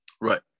Right